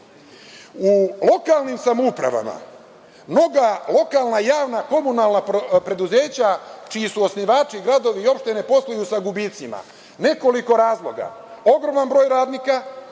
lokalnim samoupravama mnoga lokalna javna komunalna preduzeća čiji su osnivači gradovi i opštine posluju sa gubicima. Nekoliko razloga – ogroman broj radnika,